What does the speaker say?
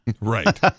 Right